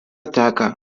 teka